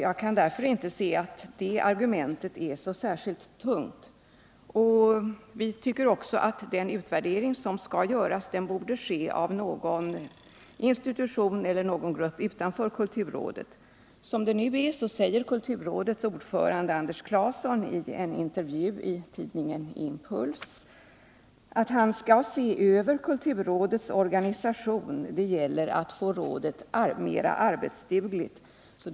Det argumentet kan därför inte vara särskilt tungt. Vi tycker också att utvärderingen skall göras av någon institution eller grupp utanför kulturrådet. Kulturrådets ordförande, Anders Clason, säger i en intervju i tidningen Impuls att han skall se över kulturrådets organisation. ”Det gäller att få rådet mera arbetsdugligt”, säger han.